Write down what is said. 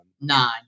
Nine